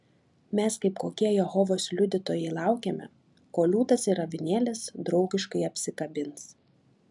mes kaip kokie jehovos liudytojai laukiame kol liūtas ir avinėlis draugiškai apsikabins